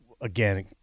again